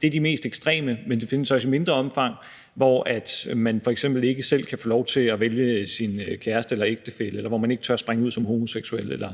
blandt de mest ekstreme, men det findes også i mindre omfang, hvor man f.eks. ikke selv kan få lov til at vælge sin kæreste eller ægtefælle, eller hvor man ikke tør springe ud som homoseksuel eller